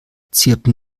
zirpen